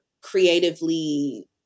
creatively